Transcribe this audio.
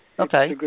Okay